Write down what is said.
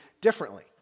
differently